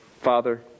Father